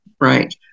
Right